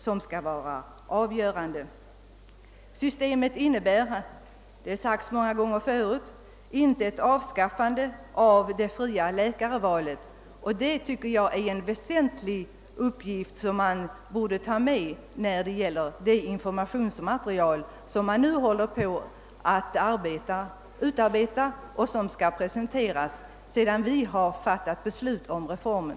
Som framhållits många gånger förut innebär inte systemet ett avskaffande av det fria läkarvalet. Det tycker jag är väsentligt att på något sätt påpeka i det informationsmaterial som nu håller på att utarbetas och som skall presenteras sedan vi fattat beslut om reformen.